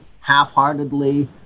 half-heartedly